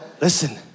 Listen